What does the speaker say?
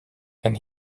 and